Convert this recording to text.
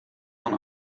man